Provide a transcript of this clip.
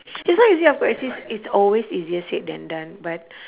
it's not easy of course it's it's it's always easier said than done but